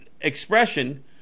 expression